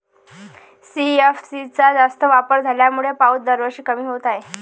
CFC चा जास्त वापर झाल्यामुळे पाऊस दरवर्षी कमी होत आहे